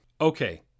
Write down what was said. Okay